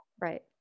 Right